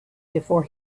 before